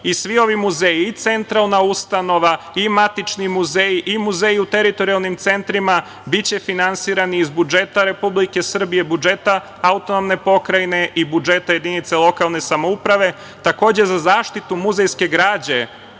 ovi muzeji i Centralna ustanova i Matični muzeji i muzeji u teritorijalnim centrima biće finansirani iz budžeta Republike Srbije, budžeta AP i budžeta jedinica lokalne samouprave. Takođe, za zaštitu muzejske građe